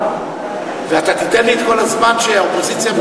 חשוב ואתה תיתן לי את כל הזמן שהאופוזיציה מקבלת?